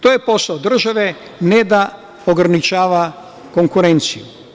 To je posao države, ne da ograničava konkurenciju.